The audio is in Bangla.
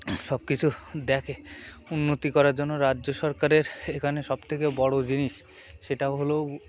সব কিছু দেখে উন্নতি করার জন্য রাজ্য সরকারের এখানে সবথেকে বড়ো জিনিস সেটা হল